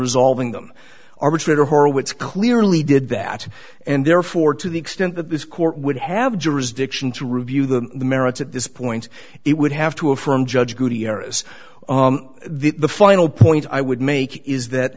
resolving them arbitrator horowitz clearly did that and therefore to the extent that this court would have jurisdiction to review the merits at this point it would have to affirm judge judy heiress the final point i would make is that